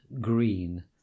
Green